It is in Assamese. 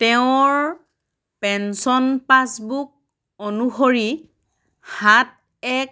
তেওঁৰ পেনশ্যন পাছবুক অনুসৰি সাত এক